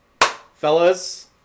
fellas